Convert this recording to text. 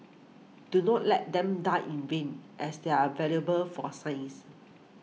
do not let them die in vain as they are valuable for science